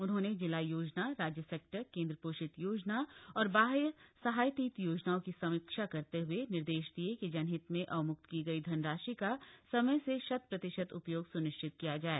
उन्होंने जिला योजना राज्य सेक्टर केन्द्र पोषित योजना औरं बाह्य सहायतित योजनाओं की समीक्षा करते हए निर्देश दिए कि जनहित में अवम्क्त की गई धनराशि का समय से शत प्रतिशत उपयोग स्निश्चित किया जाए